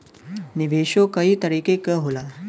निवेशो कई तरीके क होला